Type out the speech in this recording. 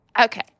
Okay